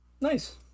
nice